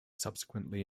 subsequently